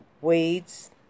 Weeds